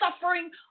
suffering